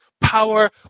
power